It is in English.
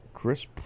Chris